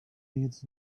needs